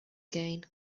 again